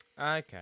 Okay